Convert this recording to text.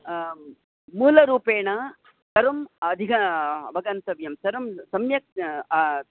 मूलरूपेण सर्वम् अधिगवगन्तव्यं सर्वं सम्यक्